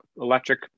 electric